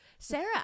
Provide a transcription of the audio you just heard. Sarah